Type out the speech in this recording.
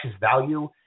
value